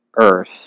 earth